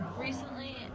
Recently